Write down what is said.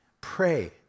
pray